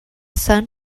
sun